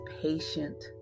patient